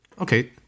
Okay